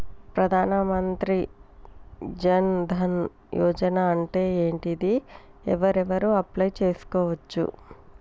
ప్రధాన మంత్రి జన్ ధన్ యోజన అంటే ఏంటిది? ఎవరెవరు అప్లయ్ చేస్కోవచ్చు?